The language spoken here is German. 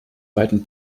beiden